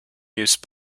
use